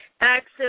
Access